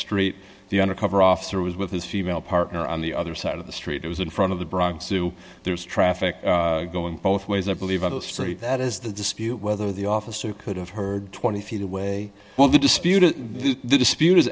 street the undercover officer was with his female partner on the other side of the street it was in front of the bronx zoo there's traffic going both ways i believe on the street that is the dispute whether the officer could have heard twenty feet away well the disputed